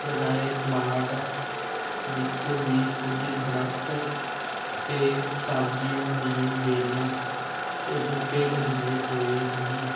ਲਗਾਏ ਪਲਾਟ ਵਿੱਚ ਵੀ ਕੁਝ ਦਰੱਖਤ ਅਤੇ ਸਬਜ਼ੀਆਂ ਦੀਆਂ ਬੇਲਾਂ ਅਤੇ ਬੂਟੇ ਲਗਾਏ ਹੋਏ ਹਨ